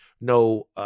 no